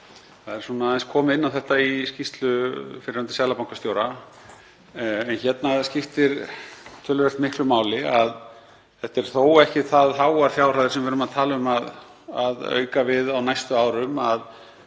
Það er aðeins komið inn á þetta í skýrslu fyrrverandi seðlabankastjóra. Hérna skiptir töluvert miklu máli að þetta eru þó ekki það háar fjárhæðir sem við erum að tala um að auka við á næstu árum og